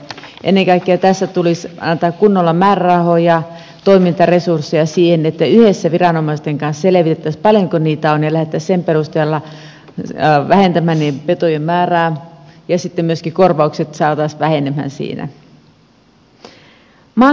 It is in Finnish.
ennen kaikkea tässä tulisi antaa kunnolla määrärahoja toimintaresursseja siihen että yhdessä viranomaisten kanssa selvitettäisiin paljonko niitä on ja lähdettäisiin sen perusteella vähentämään niiden petojen määrää ja sitten myöskin korvaukset saataisiin vähenemään siinä